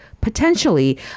potentially